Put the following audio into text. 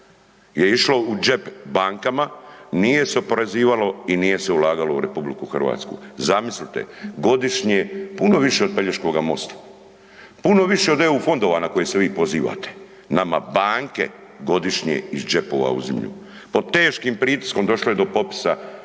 je išlo u džep bankama, nije se oporezivalo i nije se ulagalo u RH. Zamislite godišnje puno više od Pelješkoga mosta, puno više od EU fondova na koje se vi pozivate, nama banke godišnje iz džepova uzimlju pod teškim pritiskom došlo je do potpisa